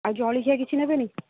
ଆଉ ଜଳଖିଆ କିଛି ନେବେନି